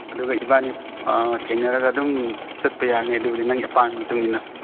ꯑꯗꯨꯒ ꯏꯕꯥꯅꯤ ꯊꯦꯡꯅꯔꯒ ꯑꯗꯨꯝ ꯆꯠꯄ ꯌꯥꯔꯅꯤ ꯑꯗꯨꯕꯨꯗꯤ ꯅꯪꯒꯤ ꯑꯄꯥꯝꯕꯒꯤ ꯃꯇꯨꯡ ꯏꯟꯅ